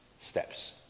steps